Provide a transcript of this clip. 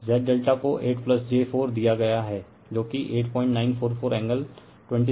Z ∆ को 8 j 4 दिया गया है जो कि 8944 एंगल 2657o है